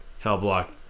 Hellblock